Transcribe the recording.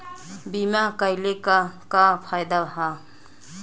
बीमा कइले का का फायदा ह?